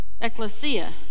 ecclesia